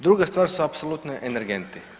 Druga stvar su apsolutno energenti.